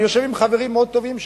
אני יושב עם חברים מאוד טובים שלי.